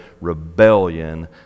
rebellion